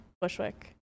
Bushwick